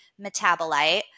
metabolite